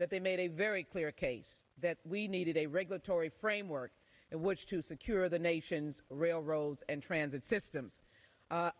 that they made a very clear case that we needed a regulatory framework in which to secure the nation's railroads and transit system